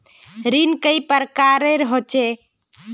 ऋण कई प्रकार होए है?